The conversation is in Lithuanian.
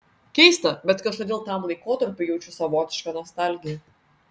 keista bet kažkodėl tam laikotarpiui jaučiu savotišką nostalgiją